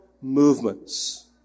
movements